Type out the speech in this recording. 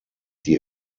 die